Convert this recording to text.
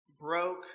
broke